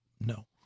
No